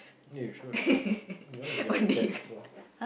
eh you should you want to get the cats also